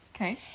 Okay